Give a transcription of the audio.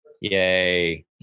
yay